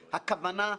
פנייה מתוחכמת,